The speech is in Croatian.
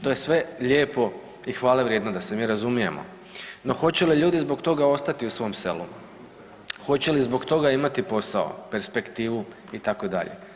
To je sve lijepo i hvale vrijedno da se mi razumijemo, no hoće li ljudi zbog toga ostati u svom selu, hoće li zbog toga imati posao, perspektivu itd.